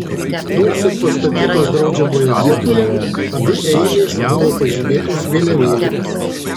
nors ir pastatytos draudžiamoje vietoje abi eilės buvo pažymėtos vėliavėlėmis